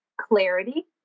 clarity